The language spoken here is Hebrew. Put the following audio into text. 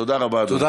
תודה רבה, אדוני.